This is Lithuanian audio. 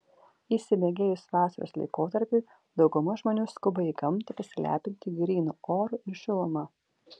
įsibėgėjus vasaros laikotarpiui dauguma žmonių skuba į gamtą pasilepinti grynu oru ir šiluma